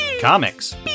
comics